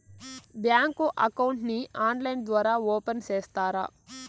Bank account ని online ద్వారా open సేస్తారా?